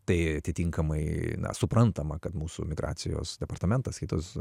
tai atitinkamai na suprantama kad mūsų migracijos departamentas kitos